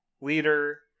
leader